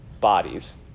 bodies